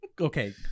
Okay